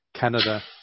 Canada